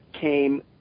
came